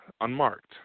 unmarked